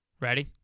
Ready